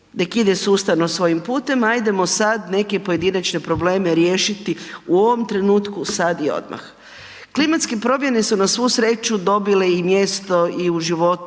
nek ide sustavno svojim putem, hajdemo sad neke pojedinačne probleme riješiti u ovom trenutku, sad i odmah. Klimatske promjene su na svu sreću dobile i mjesto i u životu